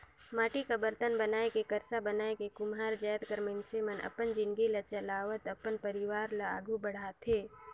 माटी कर बरतन बनाए के करसा बनाए के कुम्हार जाएत कर मइनसे मन अपन जिनगी ल चलावत अपन परिवार ल आघु बढ़ाथे